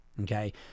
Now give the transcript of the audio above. okay